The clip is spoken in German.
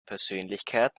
persönlichkeit